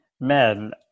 Men